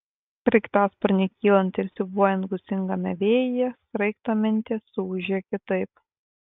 sraigtasparniui kylant ir siūbuojant gūsingame vėjyje sraigto mentės suūžė kitaip